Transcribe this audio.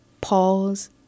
Pause